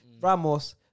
Ramos